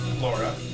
Laura